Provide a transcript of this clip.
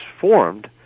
formed